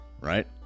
right